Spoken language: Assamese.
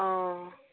অঁ